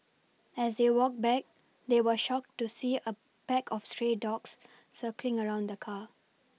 as they walked back they were shocked to see a pack of stray dogs circling around the car